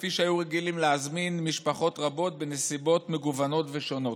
כפי שהיו רגילים להזמין משפחות רבות בנסיבות מגוונות ושונות.